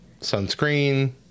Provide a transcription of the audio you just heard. Sunscreen